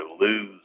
lose